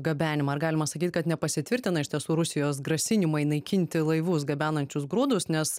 gabenimą ar galima sakyt kad nepasitvirtina iš tiesų rusijos grasinimai naikinti laivus gabenančius grūdus nes